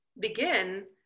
begin